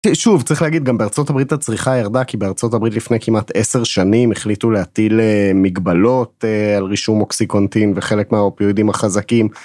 שוב, צריך להגיד גם בארצות הברית הצריכה ירדה, כי בארצות הברית לפני כמעט 10 שנים החליטו להטיל מגבלות על רישום מוקסיקונטין וחלק מהאופיואידים החזקים.